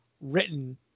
written